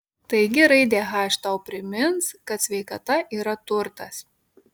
taigi raidė h tau primins kad sveikata yra turtas